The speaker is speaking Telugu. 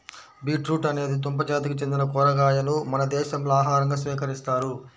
బీట్రూట్ అనేది దుంప జాతికి చెందిన కూరగాయను మన దేశంలో ఆహారంగా స్వీకరిస్తారు